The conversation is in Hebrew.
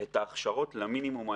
את ההכשרות למינימום האפשרי,